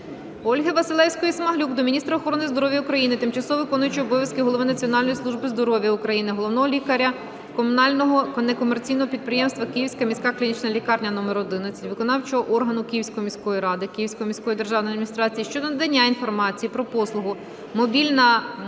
Ольги Василевської-Смаглюк до міністра охорони здоров'я України, тимчасово виконуючої обов'язки голови Національної служби здоров'я України, головного лікаря комунального некомерційного підприємства "Київська міська клінічна лікарня № 11", виконавчого органу Київської міської ради (Київської міської державної адміністрації) щодо надання інформації про послугу "мобільна